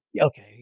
Okay